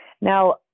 Now